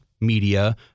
media